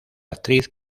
actriz